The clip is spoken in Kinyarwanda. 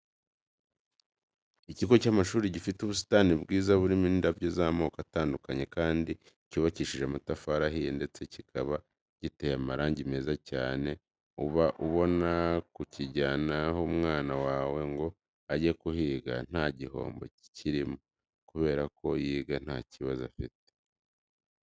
Ikigo cy'amashuri gifite ubusitani bwiza burimo indabyo z'amoko atandukanye kandi cyubakishije amatafari ahiye ndetse kikaba giteye amarangi meza cyane, uba ubona kukijyanaho umwana wawe ngo ajye kuhiga nta gihombo kirimo kubera ko yiga nta kibazo afite.